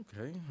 Okay